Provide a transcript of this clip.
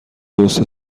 درست